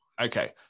okay